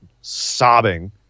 sobbing